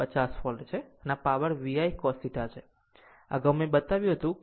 તે r 250 watt છે આ પાવર VI cos θ છે અગાઉ મેં બતાવ્યું આ I 2 R પણ 250 વોટ છે